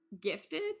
gifted